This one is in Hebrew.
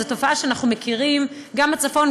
זו תופעה שאנחנו מכירים גם בצפון,